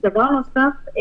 דבר נוסף.